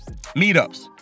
meetups